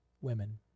women